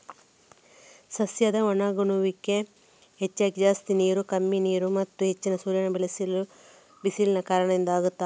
ಸಸ್ಯದ ಒಣಗುವಿಕೆಗೆ ಹೆಚ್ಚಾಗಿ ಜಾಸ್ತಿ ನೀರು, ಕಮ್ಮಿ ನೀರು ಮತ್ತೆ ಹೆಚ್ಚಿನ ಸೂರ್ಯನ ಬಿಸಿಲಿನ ಕಾರಣದಿಂದ ಆಗ್ತದೆ